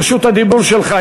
רשות הדיבור שלך.